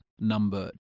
number